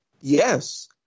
yes